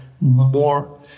more